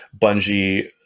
bungie